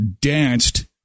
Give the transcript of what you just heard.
danced